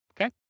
okay